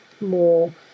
more